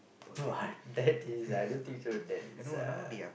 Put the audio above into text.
but that is I don't think so that is a